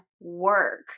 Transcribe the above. work